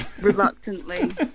Reluctantly